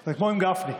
זה כמו עם גפני.